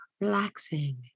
relaxing